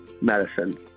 medicine